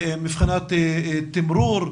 מבחינת תמרור,